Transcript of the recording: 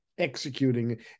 executing